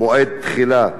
מועד התחילה).